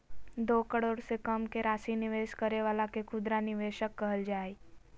दो करोड़ से कम के राशि निवेश करे वाला के खुदरा निवेशक कहल जा हइ